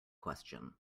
question